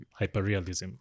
hyperrealism